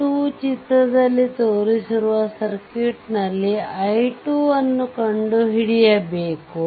2 ಚಿತ್ರದಲ್ಲಿ ತೋರಿಸಿರುವ ಸರ್ಕ್ಯೂಟ್ನಲ್ಲಿ i2 ಅನ್ನು ಕಂಡುಹಿಡಿಯಬೇಕು